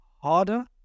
harder